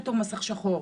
ופתאום מסך שחור.